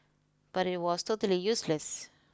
but it was totally useless